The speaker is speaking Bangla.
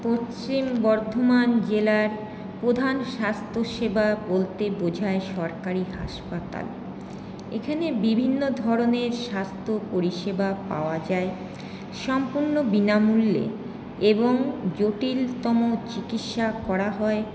পশ্চিম বর্ধমান জেলার প্রধান স্বাস্থ্যসেবা বলতে বোঝায় সরকারি হাসপাতাল এখানে বিভিন্ন ধরণের স্বাস্থ্য পরিষেবা পাওয়া যায় সম্পূর্ণ বিনামূল্যে এবং জটিলতম চিকিৎসা করা হয়